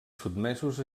sotmesos